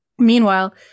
Meanwhile